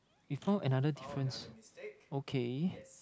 we found another difference okay